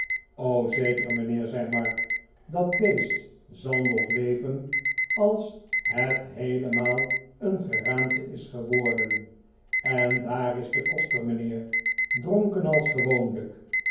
zeker mijnheer zei mark jdat beest zal nog leven als het heelemaal een geraamte is geworden en daar is de koster mijnheer dronken als gewoonlijk